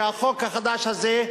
שהחוק החדש הזה,